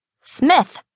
Smith